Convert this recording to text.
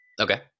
Okay